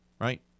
right